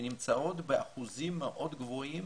שנמצאות באחוזים מאוד גבוהים